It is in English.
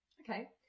Okay